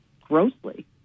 grossly